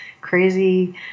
crazy